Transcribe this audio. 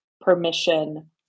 permission